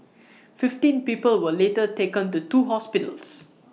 fifteen people were later taken to two hospitals